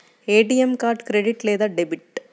ATM card credit లేదా debit?